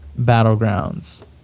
battlegrounds